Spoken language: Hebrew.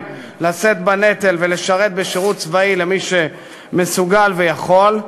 לשאת בנטל ולשרת בשירות צבאי למי שמסוגל ויכול.